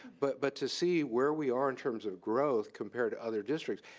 but but to see, where we are in terms of growth compared to other districts,